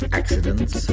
accidents